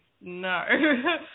no